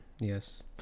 Yes